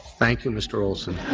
thank you, mr. ah so